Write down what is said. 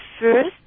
first